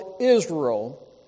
Israel